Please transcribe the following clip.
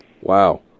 Wow